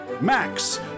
Max